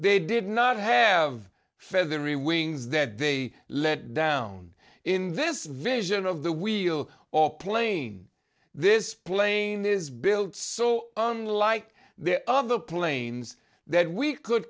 they did not have feathery wings that they let down in this vision of the wheel or plane this plane is built so unlike the other planes that we could